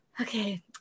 Okay